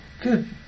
Good